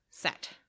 Set